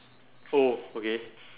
oh okay